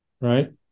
Right